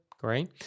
great